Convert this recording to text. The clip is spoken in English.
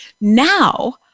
Now